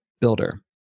builder